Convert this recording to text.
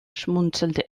schmunzelte